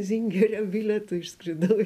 zingerio bilietu išskridau į